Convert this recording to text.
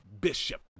Bishop